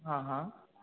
हाँ हाँ